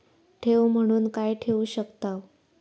ठेव म्हणून काय ठेवू शकताव?